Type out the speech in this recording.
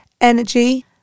energy